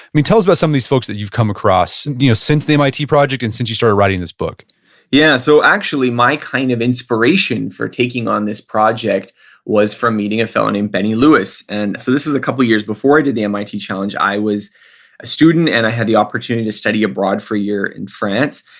tell us about some of these folks that you've come across you know since the mit project and since you started writing this book yeah, so actually my kind of inspiration for taking on this project was from meeting a fellow named benny lewis. and so this is a couple years before i did the mit challenge. i was a student and i had the opportunity to study abroad for a year in france,